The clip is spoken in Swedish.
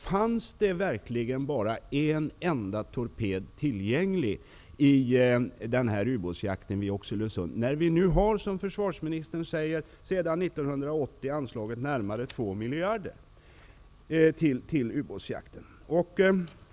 Fanns det då verkligen bara en enda torped tillgänglig i ubåtsjakten vid Oxelösund? Vi har ju, som försvarsministern säger, sedan 1980 anslagit närmare 2 miljarder till ubåtsjakten.